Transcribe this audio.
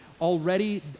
Already